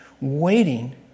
waiting